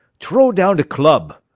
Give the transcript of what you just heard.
t'row down de club,